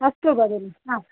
अस्तु भगिनि